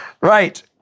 Right